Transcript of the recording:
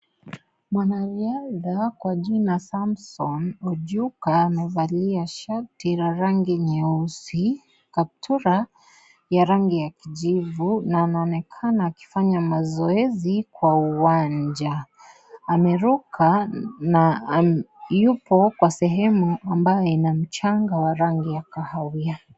Mwanariadha kwa jina Samson Ojuka amevalia shati la rangi nyeusi, kaptura ya rangi ya kijivu na anaonekana akifanya mazoezi kwa uwanja. Ameruka na yupo kwa sehemu ambayo ina mchanga wa rangi ya kahawia.